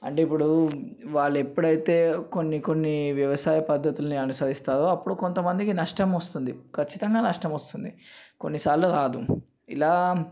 అంటే ఇప్పుడు వాళ్ళు ఎప్పుడైతే కొన్ని కొన్ని వ్యవసాయ పద్ధతుల్ని అనుసరిస్తారో అప్పుడు కొంత మందికి నష్టం వస్తుంది ఖచ్చితంగా నష్టం వస్తుంది కొన్నిసార్లు రాదు ఇలా